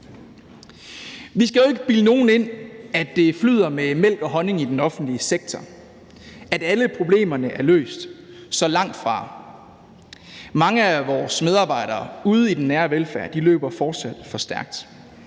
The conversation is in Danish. Vi skal jo ikke bilde nogen ind, at det flyder med mælk og honning i den offentlige sektor, og at alle problemerne er løst, så langtfra. Mange af vores medarbejdere ude i den nære velfærd løber fortsat for stærkt.